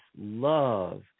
love